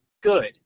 good